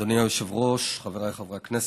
אדוני היושב-ראש, חבריי חברי הכנסת,